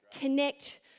Connect